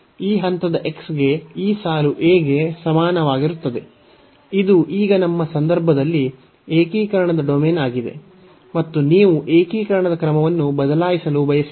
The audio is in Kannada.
ಈ ಹಂತದ x ಗೆ ಈ ಸಾಲು a ಗೆ ಸಮಾನವಾಗಿರುತ್ತದೆ ಇದು ಈಗ ನಮ್ಮ ಸಂದರ್ಭದಲ್ಲಿ ಏಕೀಕರಣದ ಡೊಮೇನ್ ಆಗಿದೆ ಮತ್ತು ನೀವು ಏಕೀಕರಣದ ಕ್ರಮವನ್ನು ಬದಲಾಯಿಸಲು ಬಯಸಿದರೆ